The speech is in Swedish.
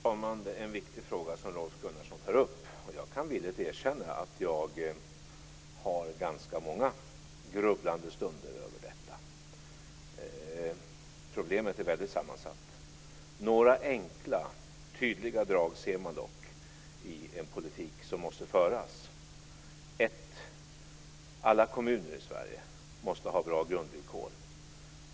Fru talman! Rolf Gunnarsson tar upp en viktig fråga. Jag kan villigt erkänna att jag har ganska många grubblande stunder kring detta. Problemet är väldigt sammansatt. Några enkla och tydliga drag ser man dock i en politik som måste föras: 1. Alla kommuner i Sverige måste ha bra grundvillkor.